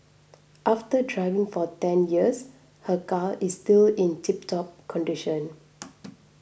after driving for ten years her car is still in tiptop condition